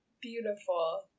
beautiful